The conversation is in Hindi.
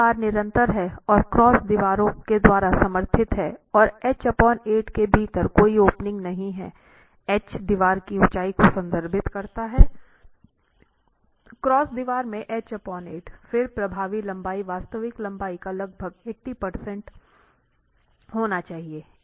अगर दीवार निरंतर है और क्रॉस दीवारों के द्वारा समर्थित है और एच 8 के भीतर कोई ओपनिंग नहीं हैं एच दीवार की ऊंचाई को संदर्भित करता है क्रॉस दीवार के एच 8 फिर प्रभावी लंबाई वास्तविक लंबाई का लगभग 80 प्रतिशत होना चाहिए